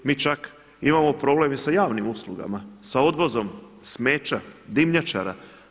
Mi čak imamo problem i sa javnim uslugama, sa odvozom smeća, dimnjačara.